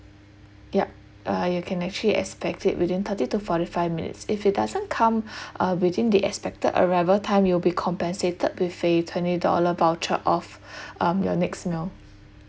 yup uh you can actually expect it within thirty to forty five minutes if it doesn't come uh within the expected arrival time you'll be compensated with a twenty dollar voucher off um your next meal